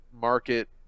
market